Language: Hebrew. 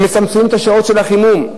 הם מצמצמים את שעות החימום.